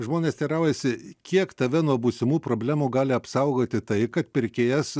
žmonės teiraujasi kiek tave nuo būsimų problemų gali apsaugoti tai kad pirkėjas